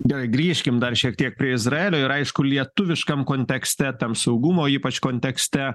gerai grįžkim dar šiek tiek prie izraelio ir aišku lietuviškam kontekste tam saugumo ypač kontekste